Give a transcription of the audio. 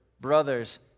Brothers